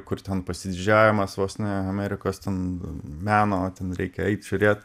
kur ten pasididžiavimas vos ne amerikos ten meno ten reikia eit žiūrėt